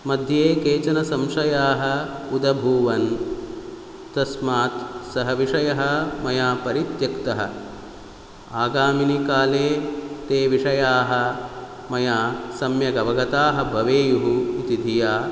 मध्ये केचन संशयाः उदभूवन् तस्मात् सः विषयः मया परित्यक्तः आगामिनि काले ते विषयाः मया सम्यगवगताः भवेयुः इति धिया